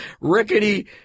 rickety